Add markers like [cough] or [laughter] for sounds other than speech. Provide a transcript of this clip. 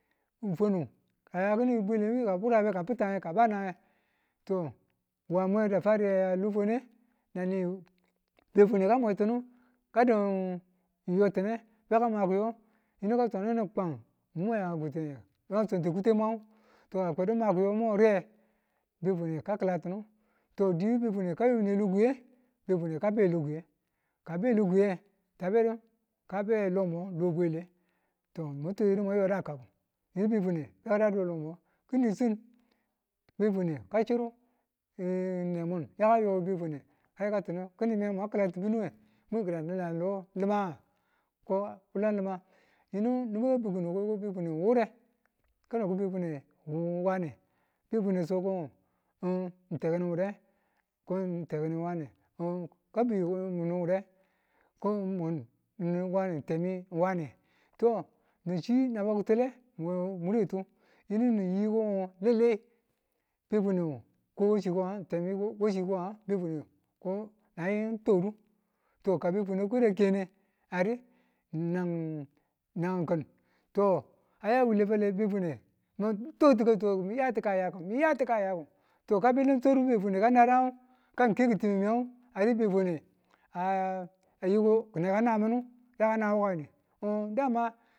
Ng fwanu kaya ki̱ni bwelemu burau nge ka bi̱tta nge ka bana nge to wa mwe fare a ya lo fwani nge, nan ni be fwan ka mwetinu kadan kiyotine beka ma kiyo yinu ka swandu kwan mun mwaya kutenge mwan swanti kuten mwan ngo ka kwedu mu ma kiyomo riye befwane ka ki̱latinu to di befwane yime lo kwaye befwane kabe lo kwiye kabe lokwaye tabedi kabe lomo to bwele mwan twakedu mwan yoda kaku yinu befwane ka dadu we lomo kini chin befwane ka chiru [hesitation] nemun yaka yo befwane ka yikatinu ki̱nu me mwan kịlati binuwe mwi kina lan lo li̱manga? kono ko ngo ng ln li̱mang yinu nibu ka ba̱kin kinu ko ko befwane n wure kono ko befwane wu wane befwane so ko ngu ng tekin wure ko tekini wane n ka biyu ko n munu wure ko ng mun wane temi ng wane to nan shi naba kịtule we muretu yinu niyiko ngo lallai befwanewu ko washi ko nga ko washi ko nga befwanewu ko na twakdu to ka befwane kweda a kene ari na [hesitation] kin to a aya wule fale befwane mi̱n twakti̱katwakku mi̱ miyatika yaku mi yatika yaku to kan ngu alan swaru befwane ka nadan ngu kan ngu ke kitime nyan ngu ari befwane a- ayiko neka na mini yaka na wukani dama